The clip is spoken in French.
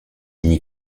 n’y